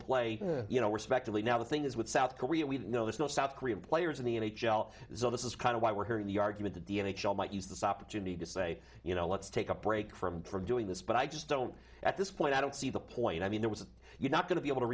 play you know respectively now the thing is with south korea we know there's no south korean players in the n h l so this is kind of why we're here in the argument that the n h l might use this opportunity to say you know let's take a break from from doing this but i just don't at this point i don't see the point i mean there was you're not going to be able to